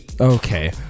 okay